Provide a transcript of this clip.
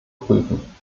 prüfen